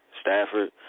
Stafford